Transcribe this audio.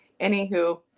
Anywho